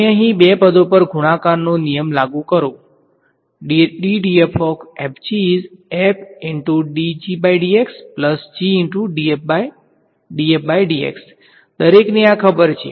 તમે અહીં બે પદો પર ગૂણાકારનો નિયમ લાગુ કરો દરેકને આ ખબર છે